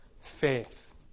faith